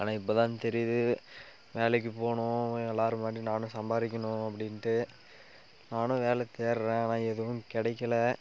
ஆனால் இப்போதான் தெரியுது வேலைக்கு போகணும் எல்லோரும் மாதிரி நானும் சம்பாதிக்கணும் அப்படின்ட்டு நானும் வேலை தேடுறேன் ஆனால் எதுவும் கிடைக்கல